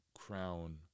Crown